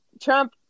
Trump